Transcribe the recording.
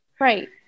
Right